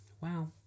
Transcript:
Wow